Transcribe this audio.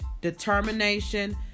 determination